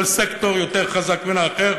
כל סקטור יותר חזק מן האחר,